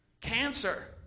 Cancer